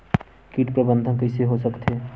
कीट प्रबंधन कइसे हो सकथे?